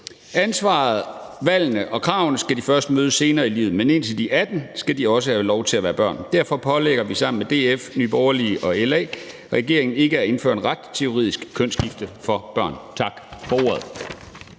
Ansvaret, valgene og kravene skal de først møde senere i livet, men indtil de er 18 år, skal de også have lov til at være børn. Derfor pålægger vi sammen med DF, Nye Borgerlige og LA regeringen ikke at indføre en ret til juridisk kønsskifte for børn. Tak for ordet.